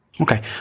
Okay